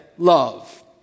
love